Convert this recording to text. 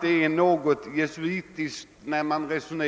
Det resonemang som